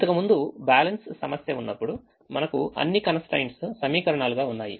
ఇంతకుముందు బ్యాలెన్స్ సమస్య ఉన్నప్పుడు మనకు అన్ని constraints సమీకరణాలుగా ఉన్నాయి